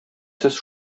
сез